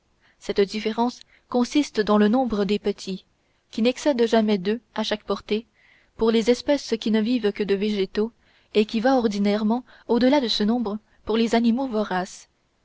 cette différence consiste dans le nombre des petits qui n'excède jamais deux à chaque portée pour les espèces qui ne vivent que de végétaux et qui va ordinairement au-delà de ce nombre pour les animaux voraces